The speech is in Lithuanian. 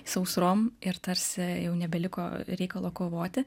sausrom ir tarsi jau nebeliko reikalo kovoti